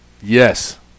Yes